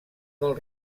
del